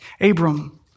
Abram